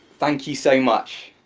thank you so much.